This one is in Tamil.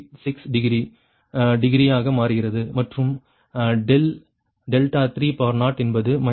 86 டிகிரி டிகிரியாக மாறுகிறது மற்றும் ∆3 என்பது 3